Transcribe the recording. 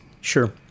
Sure